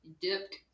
Dipped